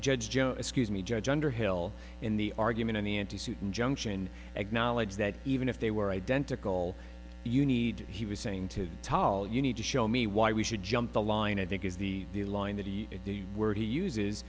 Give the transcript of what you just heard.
judge joe excuse me judge underhill in the argument in the empty suit injunction acknowledged that even if they were identical you need he was saying to tal you need to show me why we should jump the line i think is the the line that the word he uses